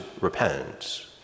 repent